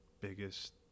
biggest